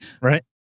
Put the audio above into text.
Right